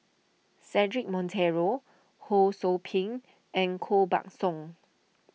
Cedric Monteiro Ho Sou Ping and Koh Buck Song